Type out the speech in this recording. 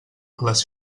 les